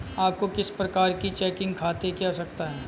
आपको किस प्रकार के चेकिंग खाते की आवश्यकता है?